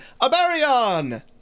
Abarion